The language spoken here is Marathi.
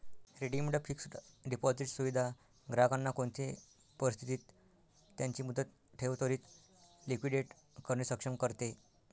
रिडीम्ड फिक्स्ड डिपॉझिट सुविधा ग्राहकांना कोणते परिस्थितीत त्यांची मुदत ठेव त्वरीत लिक्विडेट करणे सक्षम करते